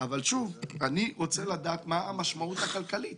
אבל שוב, אני רוצה לדעת מה המשמעות הכלכלית